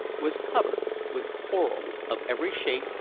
was covered with coral of every shape,